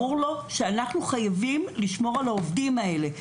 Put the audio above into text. ברור לו שאנחנו חייבים לשמור על העובדים האלה.